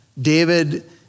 David